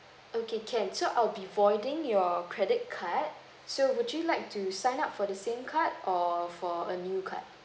okay can so I'll be voiding your credit card so would you like to sign up for the same card or for a new card